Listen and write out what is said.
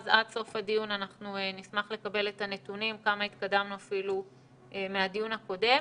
אז עד סוף הדיון אנחנו נשמח לקבל את הנתונים כמה התקדמנו מהדיון הקודם.